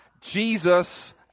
Jesus